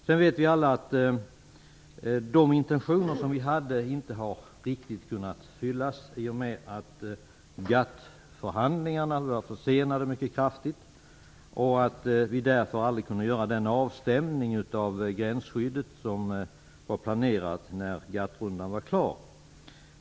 Sedan vet vi alla att de intentioner som vi hade inte har riktigt kunnat uppfyllas i och med att GATT förhandlingarna försenades mycket kraftigt och vi därför aldrig kunde göra den avstämning av gränsskyddet som var planerad när GATT-rundan var klar.